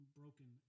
broken